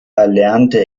erlernte